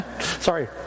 sorry